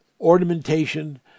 ornamentation